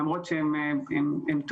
למרות שהם טובים,